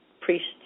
priest's